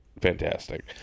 fantastic